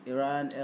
Iran